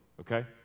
okay